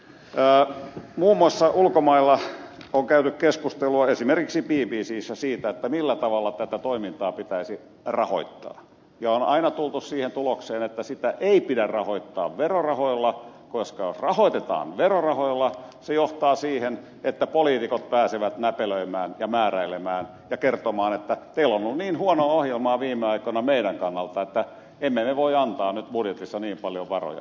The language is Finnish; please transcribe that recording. muun muassa ulkomailla on käyty keskustelua esimerkiksi bbcssä siitä millä tavalla tätä toimintaa pitäisi rahoittaa ja on aina tultu siihen tulokseen että sitä ei pidä rahoittaa verorahoilla koska jos rahoitetaan verorahoilla se johtaa siihen että poliitikot pääsevät näpelöimään ja määräilemään ja kertomaan että teillä on ollut niin huonoa ohjelmaa viime aikoina meidän kannaltamme että emme me voi antaa nyt budjetissa niin paljon varoja teille